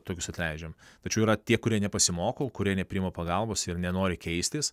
tokius atleidžiam tačiau yra tie kurie nepasimoko kurie nepriima pagalbos ir nenori keistis